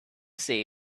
see